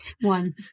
one